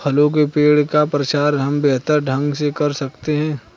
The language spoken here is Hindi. फलों के पेड़ का प्रचार हम बेहतर ढंग से कर सकते हैं